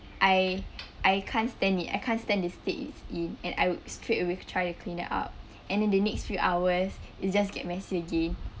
I I can't stand it I can't stand the state it's in and I would straight away try to clean that up and then the next few hours it's just get messy again